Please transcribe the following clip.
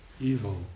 evil